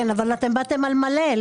כן, אבל אתם באתם על מלא.